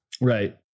Right